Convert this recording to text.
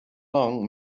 long